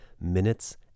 minutes